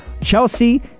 Chelsea